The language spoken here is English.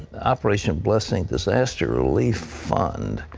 operation blessing disaster relief fund.